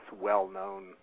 well-known